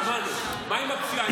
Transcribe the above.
שמענו, מה עם הפשיעה?